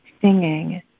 singing